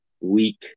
week